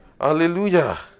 Hallelujah